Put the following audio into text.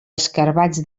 escarabats